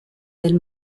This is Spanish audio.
del